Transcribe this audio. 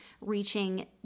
reaching